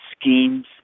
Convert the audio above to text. schemes